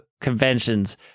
conventions